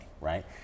right